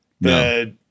No